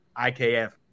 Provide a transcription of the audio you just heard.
ikf